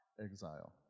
exile